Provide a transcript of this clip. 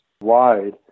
wide